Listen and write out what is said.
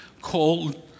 cold